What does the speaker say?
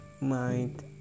Mind